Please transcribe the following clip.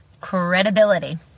Credibility